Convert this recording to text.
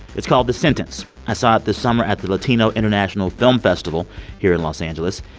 it's called the sentence. i saw it this summer at the latino international film festival here in los angeles.